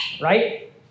Right